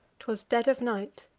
t was dead of night,